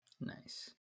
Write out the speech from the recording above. Nice